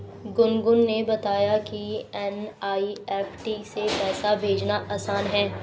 गुनगुन ने बताया कि एन.ई.एफ़.टी से पैसा भेजना आसान है